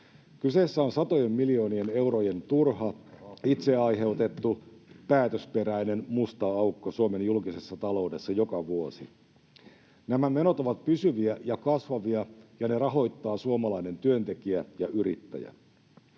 Kyseessä on satojen miljoonien eurojen turha, itseaiheutettu, päätösperäinen musta aukko Suomen julkisessa taloudessa joka vuosi. Nämä menot ovat pysyviä ja kasvavia, ja ne rahoittaa suomalainen työntekijä ja yrittäjä.